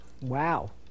Wow